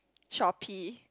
Shopee